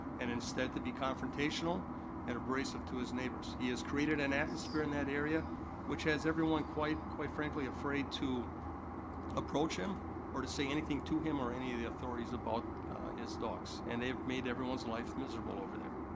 and instead to be confrontational and abrasive to his neighbors. he has created an atmosphere in that area which has everyone quite, quite frankly, afraid to approach him or to say anything to him or any of the authorities about his dogs. and they've made everyone's life miserable over there.